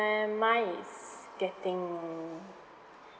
then mine is getting